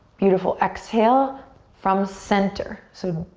beautiful, exhale from center. so,